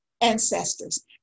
ancestors